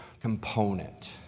component